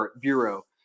Bureau